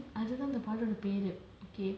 I don't know the பாட்டோட பெரு:paatoda peru okay